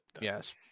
Yes